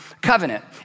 Covenant